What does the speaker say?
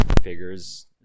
figures